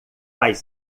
faz